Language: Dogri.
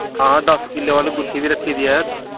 हां दस किलो आह्ली गुत्थी बी रक्खी दी ऐ